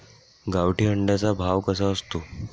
गावठी अंड्याचा भाव कसा असतो?